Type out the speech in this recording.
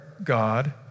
God